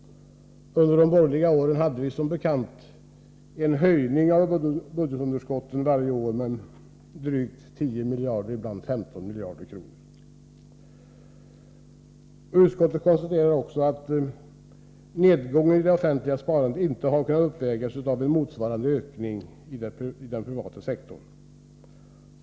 Under den borgerliga tiden hade vi som bekant en höjning av budgetunderskottet varje år med drygt 10 miljarder, ibland 15 miljarder kronor. Utskottet konstaterar också att nedgången i det offentliga sparandet inte har kunnat uppvägas av en motsvarande ökning i den privata sektorn.